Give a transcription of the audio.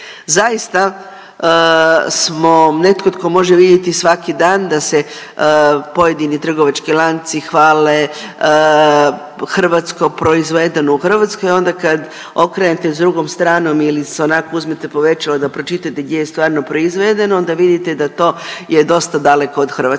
Zaista smo netko tko može vidjeti svaki dan da se pojedini trgovački lanci hvale hrvatsko, proizvedeno u Hrvatskoj i onda kad okrenete s drugom stranom ili s onak, uzmete povećalo da pročitate gdje je stvarno proizvedeno, onda vidite da to je dosta daleko od Hrvatske,